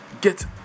get